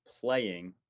playing